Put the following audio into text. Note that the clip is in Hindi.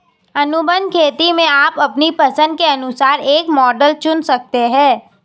अनुबंध खेती में आप अपनी पसंद के अनुसार एक मॉडल चुन सकते हैं